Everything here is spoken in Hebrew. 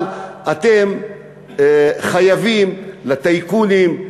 אבל אתם חייבים לטייקונים,